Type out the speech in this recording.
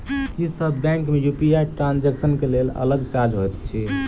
की सब बैंक मे UPI transaction केँ लेल अलग चार्ज होइत अछि?